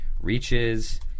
reaches